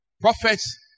prophets